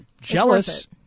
Jealous